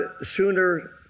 sooner